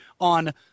on